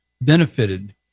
benefited